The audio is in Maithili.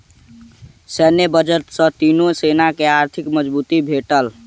सैन्य बजट सॅ तीनो सेना के आर्थिक मजबूती भेटल